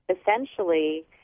essentially